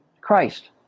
Christ